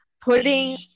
putting